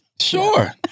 Sure